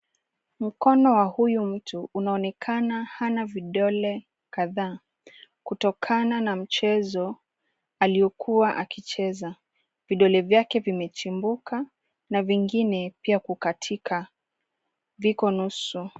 Mkono wa huyu mtu unaonekana hana vidole kadhaa kutokana na mchezo aliokuwa akicheza. Vidole vyake vimechimbuka na vingine pia kukatika. Viko nusu.